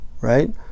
right